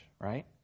right